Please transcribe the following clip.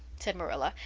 said marilla,